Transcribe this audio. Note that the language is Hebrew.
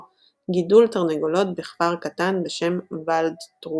– גידול תרנגולות בכפר קטן בשם ואלדטרודרינג.